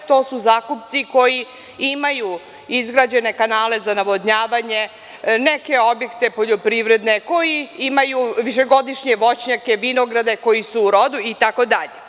To su zakupci koji imaju izgrađene kanale za navodnjavanje, neke poljoprivredne objekte, koji imaju višegodišnje voćnjake, vinograde koji su u rodu itd.